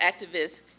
activists